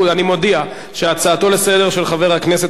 אני מודיע שהצעתו לסדר-היום של חבר הכנסת